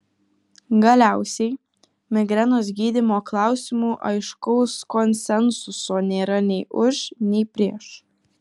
galiausiai migrenos gydymo klausimu aiškaus konsensuso nėra nei už nei prieš